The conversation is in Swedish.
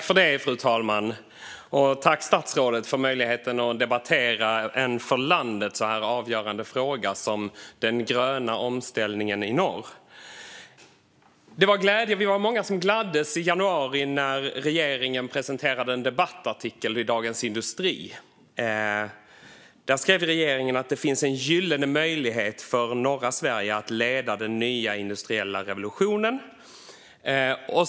Fru talman! Tack, statsrådet, för möjligheten att få debattera en för landet så avgörande fråga som den gröna omställningen i norr! Vi var många som gladdes i januari när regeringen presenterade en debattartikel i Dagens industri. Där skrev regeringen att det finns en gyllene möjlighet för norra Sverige att leda den nya industriella revolutionen.